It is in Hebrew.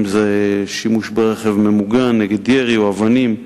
שימוש ברכב ממוגן נגד ירי או אבנים,